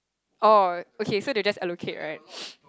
oh okay so they just allocate right